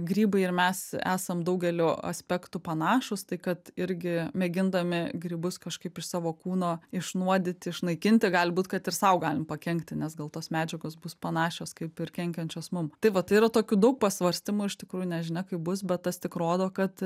grybai ir mes esam daugeliu aspektų panašūs tai kad irgi mėgindami grybus kažkaip iš savo kūno išnuodyti išnaikinti gali būt kad ir sau galim pakenkti nes gal tos medžiagos bus panašios kaip ir kenkiančios mum tai vat tai yra tokių daug pasvarstymų iš tikrųjų nežinia kaip bus bet tas tik rodo kad